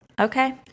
Okay